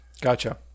Gotcha